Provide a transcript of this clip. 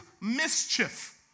mischief